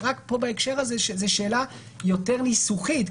בהקשר הזה זאת שאלה ניסוחית יותר.